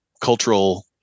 cultural